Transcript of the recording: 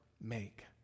make